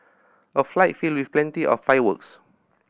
a fight filled with plenty of fireworks